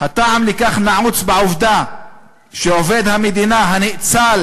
"הטעם לכך נעוץ בעובדה שעובד המדינה ‫הנאצל